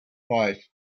five